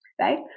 right